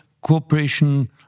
cooperation